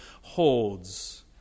holds